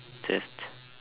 just